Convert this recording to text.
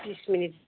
बिस मिनिट